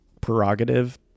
prerogative